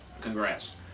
congrats